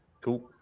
Cool